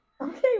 okay